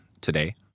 today